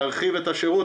להרחיב את השירות,